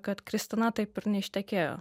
kad kristina taip ir neištekėjo